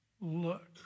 look